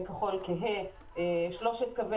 בכחול כהה אתם רואים את שלושת קווי